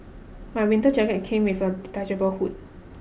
my winter jacket came with a detachable hood